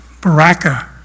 Baraka